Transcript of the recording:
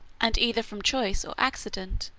and either from choice or accident,